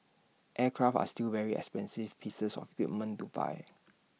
aircraft are still very expensive pieces of equipment to buy